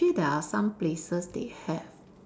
actually there are some places they have